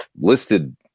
listed